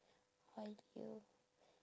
Halia